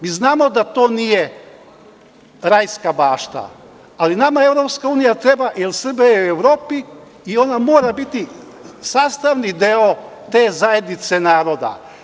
Mi znamo da to nije rajska bašta, ali nama EU treba jer Srbija je u Evropi i ona mora biti sastavni deo te zajednice naroda.